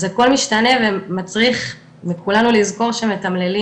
אז הכל משתנה ומצריך מכולנו לזכור שמתמללים